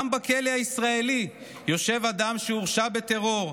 גם בכלא הישראלי יושב אדם שהורשע בטרור,